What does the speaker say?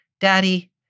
Daddy